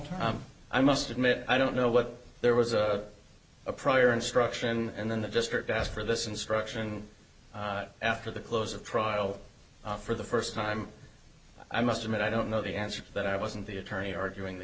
time i must admit i don't know what there was a a prior instruction and then the district asked for this instruction after the close of trial for the first time i must admit i don't know the answer but i wasn't the attorney arguing the